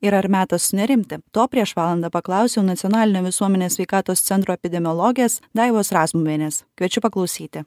ir ar metas sunerimti to prieš valandą paklausiau nacionalinio visuomenės sveikatos centro epidemiologės daivos razmuvienės kviečiu paklausyti